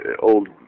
old